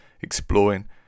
exploring